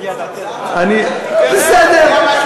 בסדר.